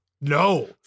No